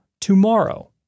tomorrow